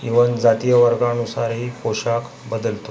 even जाती वर्णानुसारही पोशाख बदलतो